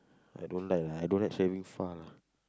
I don't like lah I don't like travelling far lah